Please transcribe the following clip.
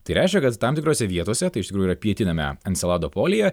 tai reiškia kad tam tikrose vietose tai iš tikrųjų yra pietiniame encelado polyje